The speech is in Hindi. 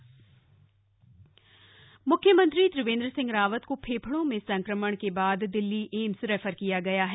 सीएम एम्स रेफर मुख्यमंत्री त्रिवेन्द्र सिंह रावत को फेफड़ों में संक्रमण के बाद दिल्ली एम्स रेफर किया गया है